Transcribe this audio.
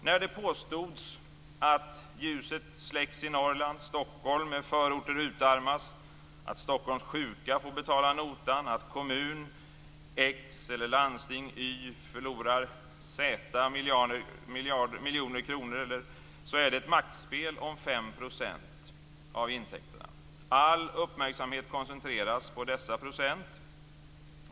När det påstods att ljuset släcks i Norrland, att Stockholm med förorter utarmas, att Stockholms sjuka får betala notan, att kommun x eller landsting y förlorar z miljoner kronor är det ett maktspel om 5 % av intäkterna. All uppmärksamhet koncentreras på dessa procent.